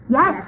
Yes